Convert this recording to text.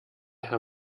herr